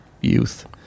youth